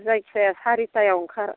जायखिजाया सारिथायाव ओंखार